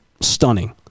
stunning